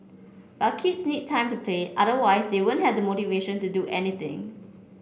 but kids need time to play otherwise they won't have the motivation to do anything